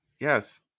Yes